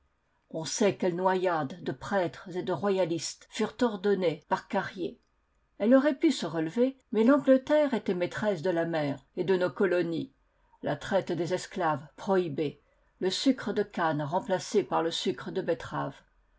on sait quelles noyades de prêtres et de royalistes furent ordonnées par carrier elle aurait pu se relever mais l'angleterre était maîtresse de la mer et de nos colonies la traite des esclaves prohibée le sucre de canne remplacé par le sucre de betterave